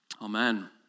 Amen